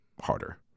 harder